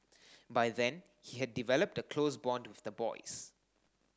by then he had developed a close bond with the boys